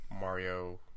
Mario